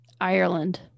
ireland